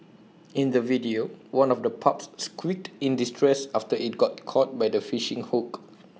in the video one of the pups squeaked in distress after IT got caught by the fishing hook